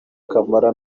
camara